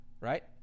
right